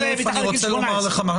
אני רוצה לומר לך.